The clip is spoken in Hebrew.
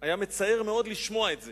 היה מצער מאוד לשמוע את זה.